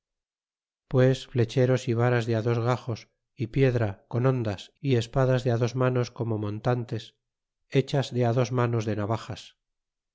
pues flecheros y varas de dos gajos y piedra con hon das y espadas de dos manos como montantes hechas de dos manos de navajas